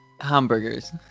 hamburgers